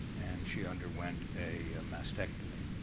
and she underwent a mastectomy,